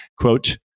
quote